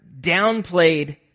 downplayed